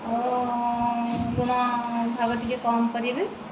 ଆଉ ଲୁଣ ଭାଗ ଟିକେ କମ୍ କରିବେ